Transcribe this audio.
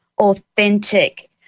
authentic